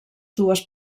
dues